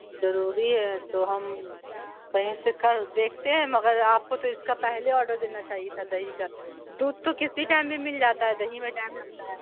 ضروری ہے تو ہم کہیں سے کر دیکھتے ہیں مگر آپ کو تو اس کا پہلے آرڈر دینا چاہیے تھا دہی کا دودھ تو کسی ٹائم بھی مل جاتا ہے دہی میں ٹائم لگتا ہے